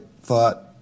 thought